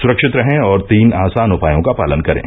सुरक्षित रहें और तीन आसान उपायों का पालन करें